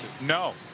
No